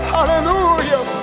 Hallelujah